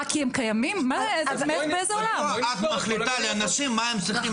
רק כי הם קיימים?! באיזה עולם?! את מחליטה לאנשים מה הם צריכים